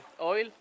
oil